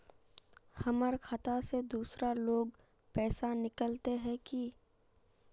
हमर खाता से दूसरा लोग पैसा निकलते है की?